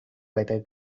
better